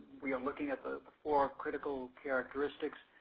we are looking at the four critical characteristics.